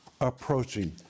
approaching